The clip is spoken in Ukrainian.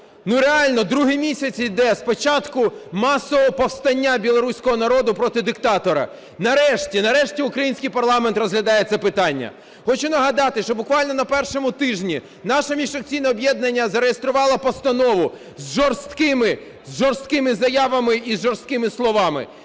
Реально другий місяць іде з початку масового повстання білоруського народу проти диктатора, нарешті український парламент розглядає це питання. Хочу нагадати, що буквально на першому тижні наше міжфракційне об'єднання зареєструвало постанову з жорсткими заявами і жорсткими словами.